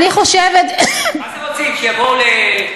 אני חושבת, מה זה רוצים, שיבואו,